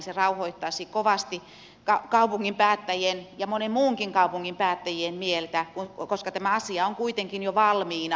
se rauhoittaisi kovasti kaupungin päättäjien ja monen muunkin kaupungin päättäjien mieltä koska tämä asia on kuitenkin jo valmiina